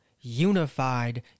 unified